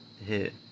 hit